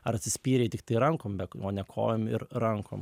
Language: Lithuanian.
ar atsispyrei tiktai rankom o ne kojom ir rankom